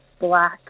black